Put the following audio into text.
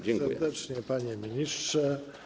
Dziękuję serdecznie, panie ministrze.